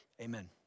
amen